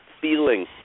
feeling